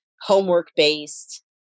homework-based